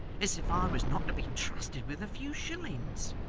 as if i was not to be trusted with a few shillings?